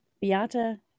Beata